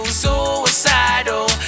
suicidal